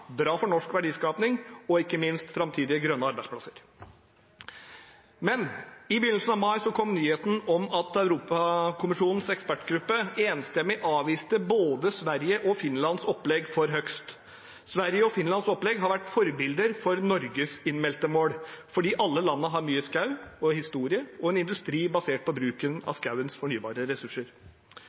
bra for norsk verdiskaping og ikke minst bra for framtidige, grønne arbeidsplasser. I begynnelsen av mai kom nyheten om at Europakommisjonens ekspertgruppe enstemmig avviste både Sveriges og Finlands opplegg for hogst. Sveriges og Finlands opplegg har vært forbilder for Norges innmeldte mål, fordi alle landene har mye skog og historie – og en industri basert på bruken av skogens fornybare ressurser.